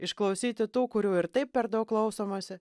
išklausyti tų kurių ir taip per daug klausomasi